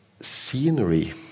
scenery